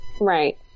Right